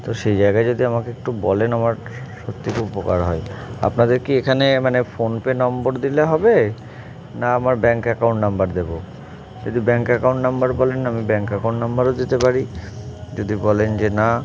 তো সেই জায়গায় যদি আমাকে একটু বলেন আমার সত্যি উপকার হয় আপনাদের কি এখানে মানে ফোনপে নম্বর দিলে হবে না আমার ব্যাংক অ্যাকাউন্ট নাম্বার দেবো যদি ব্যাংক অ্যাকাউন্ট নাম্বার বলেন না আমি ব্যাংক অ্যাকাউন্ট নাম্বারও যেতে পারি যদি বলেন যে না